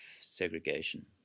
segregation